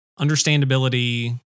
understandability